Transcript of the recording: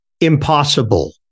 impossible